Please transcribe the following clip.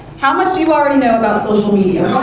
how much do you already know about social media?